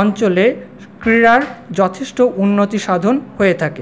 অঞ্চলে ক্রীড়ার যথেষ্ট উন্নতি সাধন হয়ে থাকে